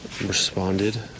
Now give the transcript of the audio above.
responded